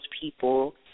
people